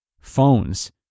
Phones